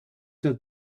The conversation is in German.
zur